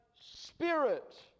spirit